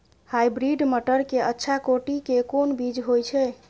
Hybrid मटर के अच्छा कोटि के कोन बीज होय छै?